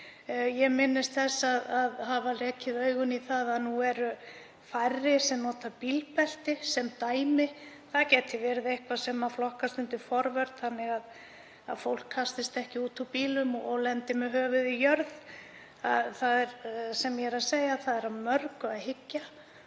Ég minnist þess að hafa rekið augun í að nú séu færri sem nota bílbelti, sem dæmi. Það gæti verið eitthvað sem flokkast undir forvörn þannig að fólk kastist ekki út úr bílum og lendi með höfuðið í jörð. Það sem ég er að segja er að það er að mörgu að hyggja